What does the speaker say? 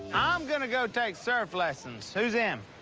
i'm gonna go take surf lessons. who's in?